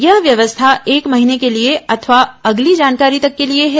यह व्यवस्था एक महीने के लिए अथवा अगली जानकारी तक के लिए है